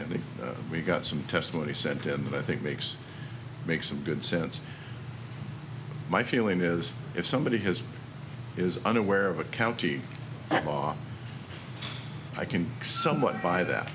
some testimony sent in that i think makes makes some good sense my feeling is if somebody has is unaware of a county law i can somewhat buy that